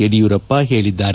ಯಡಿಯೂರಪ್ಪ ಹೇಳಿದ್ದಾರೆ